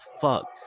fuck